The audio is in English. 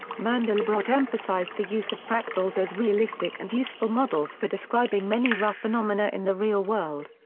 mandelbrot emphasized the use of fractals as realistic and useful models for describing many rough phenomena in the real world.